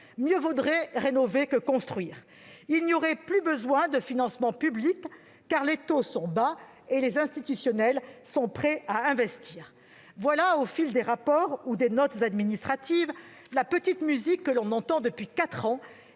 mieux vaudrait rénover que construire »;« il n'y aurait plus besoin de financements publics, car les taux sont bas et les institutionnels prêts à investir ». Voilà, au fil des rapports ou des notes administratives, la petite musique que l'on entend depuis quatre ans